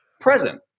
Present